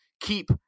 keep